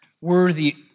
worthy